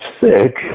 sick